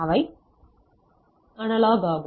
அவை அனலாக் ஆகும்